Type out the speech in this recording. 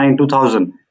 2000